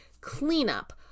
cleanup